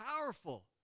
powerful